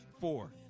four